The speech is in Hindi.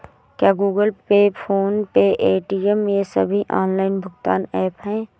क्या Google Pay PhonePe Paytm ये सभी ऑनलाइन भुगतान ऐप हैं?